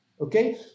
okay